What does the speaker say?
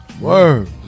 Word